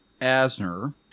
Asner